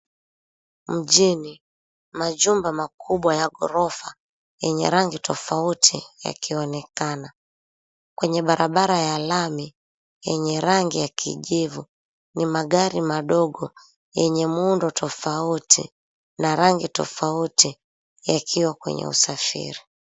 Mjini, majumba makubwa ya ghorofa yenye rangi tofauti yakionekana kwenye barabara ya lami yenye rangi ya kijivu ni magari madogo wenye muundo tofauti na rangi tofauti yakiwa kwenye usafiri.